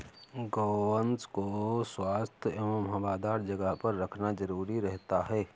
गोवंश को स्वच्छ एवं हवादार जगह पर रखना जरूरी रहता है